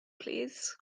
plîs